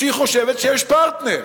שהיא חושבת שיש פרטנר.